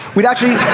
we'd actually.